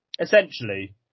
Essentially